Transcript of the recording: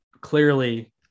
clearly